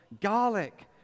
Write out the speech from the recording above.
garlic